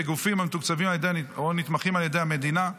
בגופים המתוקצבים או הנתמכים על ידי המדינה.